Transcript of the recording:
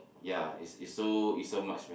ya is is so is so much man